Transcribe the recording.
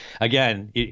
again